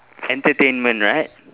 entertainment right